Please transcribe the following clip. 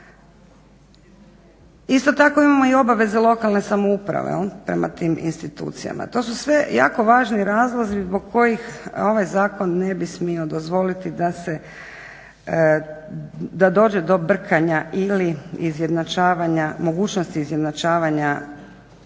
Isto tako imamo i obaveze lokalne samouprave prema tim institucijama. To su sve jako važni razlozi zbog kojih ovaj zakon ne bi smio dozvoliti da dođe do brkanja ili mogućnosti izjednačavanja